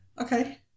okay